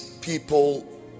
people